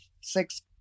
six